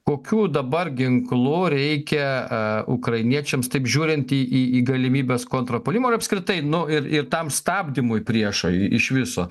kokių dabar ginklų reikia a ukrainiečiams taip žiūrint į į į galimybes kontrpuolimui ir apskritai nu ir ir tam stabdymui priešui iš viso